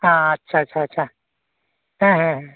ᱦᱮᱸ ᱟᱪᱪᱷᱟ ᱪᱷᱟ ᱪᱷᱟ ᱪᱷᱟ